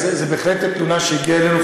זו בהחלט תלונה שהגיעה אלינו,